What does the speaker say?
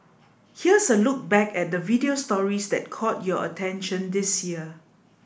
here's a look back at the video stories that caught your attention this year